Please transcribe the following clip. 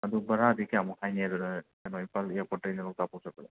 ꯑꯗꯣ ꯚꯔꯥꯗꯤ ꯀꯌꯥꯃꯨꯛ ꯍꯥꯏꯅꯤ ꯑꯗꯨꯗ ꯑꯗꯨꯋꯥꯏ ꯏꯝꯐꯥꯜ ꯏꯌꯥꯔꯄꯣꯔꯠꯇꯩꯅ ꯂꯣꯛꯇꯥꯛꯐꯧ ꯆꯠꯄꯗ